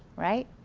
right.